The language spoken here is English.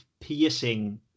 piercing